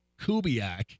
Kubiak